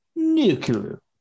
nuclear